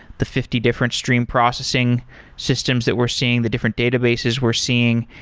the fifty different stream processing systems that we're seeing, the different databases we're seeing,